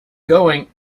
going